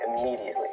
immediately